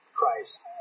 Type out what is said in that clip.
Christ